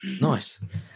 Nice